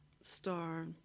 Star